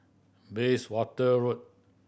Bayswater Road